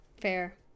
Fair